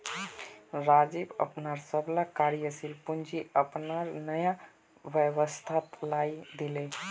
राजीव अपनार सबला कार्यशील पूँजी अपनार नया व्यवसायत लगइ दीले